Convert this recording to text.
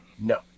No